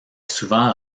souvent